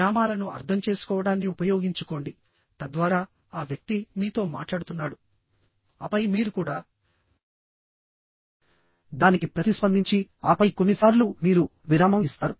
విరామాలను అర్థం చేసుకోవడాన్ని ఉపయోగించుకోండి తద్వారా ఆ వ్యక్తి మీతో మాట్లాడుతున్నాడు ఆపై మీరు కూడా దానికి ప్రతిస్పందించి ఆపై కొన్నిసార్లు మీరు విరామం ఇస్తారు